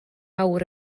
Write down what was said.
awr